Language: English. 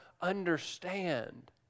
understand